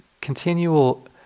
continual